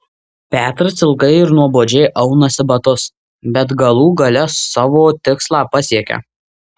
petras ilgai ir nuobodžiai aunasi batus bet galų gale savo tikslą pasiekia